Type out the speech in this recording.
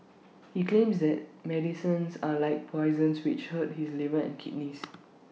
he claims that medicines are like poisons which hurt his liver and kidneys